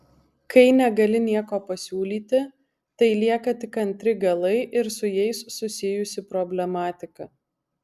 kai negali nieko pasiūlyti tai lieka tik antri galai ir su jais susijusi problematika